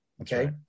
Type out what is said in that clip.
Okay